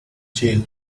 jail